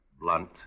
Blunt